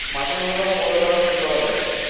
মাসে নূন্যতম কত টাকা ঋণ পাওয়া য়ায়?